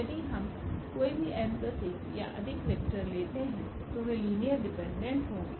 यदि हम कोई भी n 1 या अधिक वेक्टर लेते हैं तो वे लीनियर डिपेंडेंट होंगे